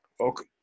Okay